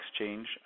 exchange